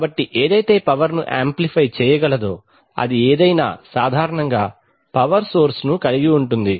కాబట్టి ఏదైతే పవర్ ను ఆంప్లిఫై చేయగలదో అది ఏదైనా సాధారణంగా పవర్ సోర్స్ను కలిగి ఉంటుంది